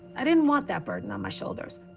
i didn't want that burden on my shoulders.